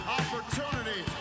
opportunity